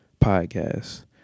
podcast